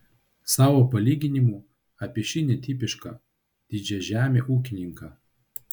savo palyginimu apie šį netipišką didžiažemį ūkininką